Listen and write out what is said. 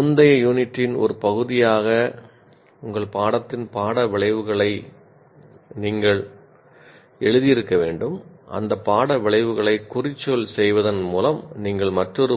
முந்தைய யூனிட்டின் ஒரு பகுதியாக உங்கள் பாடத்தின் பாட விளைவுகளை நீங்கள் எழுதியிருக்க வேண்டும் அந்த பாட விளைவுகளை குறிச்சொல் செய்வதன் மூலம் நீங்கள் மற்றொரு